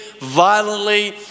violently